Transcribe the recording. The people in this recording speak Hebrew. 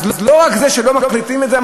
אז לא רק זה שלא מחליטים את זה,